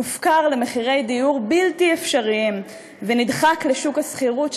הופקר למחירי דיור בלתי אפשריים ונדחק לשוק השכירות,